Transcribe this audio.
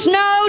no